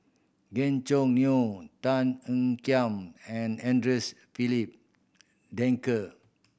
Gan Choo Neo Tan Ean Kiam and Andre's Filipe Desker